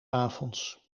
avonds